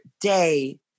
day